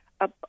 up